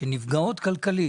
שנפגעים כלכלית.